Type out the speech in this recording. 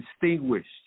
distinguished